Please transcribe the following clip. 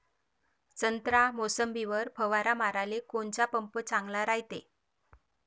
संत्रा, मोसंबीवर फवारा माराले कोनचा पंप चांगला रायते?